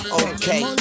okay